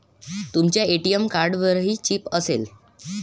तुमच्या ए.टी.एम कार्डवरही चिप असेल